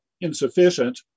insufficient